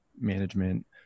management